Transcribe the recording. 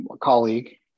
colleague